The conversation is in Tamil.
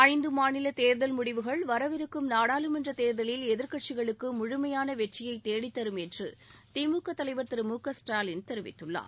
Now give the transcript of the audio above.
ஐந்து மாநில தேர்தல் முடிவுகள் வரவிருக்கும் நாடாளுமன்றத் தேர்தலில் எதிர்க்கட்சிகளுக்கு முழுமையான வெற்றியைத் தேடித்தரும் என்று திமுக தலைவர் திரு மு க ஸ்டாலின் தெரிவித்துள்ளார்